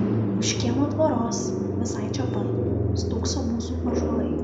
už kiemo tvoros visai čia pat stūkso mūsų ąžuolai